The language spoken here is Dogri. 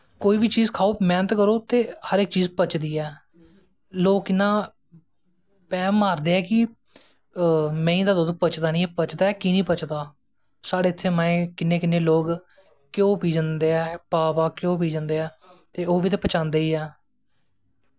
कोई बी चीज़ खाओ मैह्नत करो ते हर इक चीज़ पचदी ऐ लोग इयां बैह्म मारदे ऐं कि मैहीं दा दुद्ध पचदा नी ऐ पचदा ऐ की नी पचदा ऐ साढ़े इत्थें किन्नें किन्नें लोग घ्यो पी जंदे ऐं पा पा घ्यो पी जंदे ऐं ते ओह् बी ते पचांदे ही ऐं